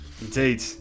indeed